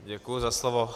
Děkuji za slovo.